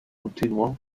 continuó